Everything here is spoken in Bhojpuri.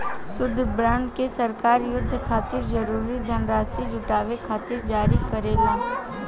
युद्ध बॉन्ड के सरकार युद्ध खातिर जरूरी धनराशि जुटावे खातिर जारी करेला